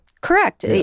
correct